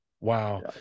wow